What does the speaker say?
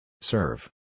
Serve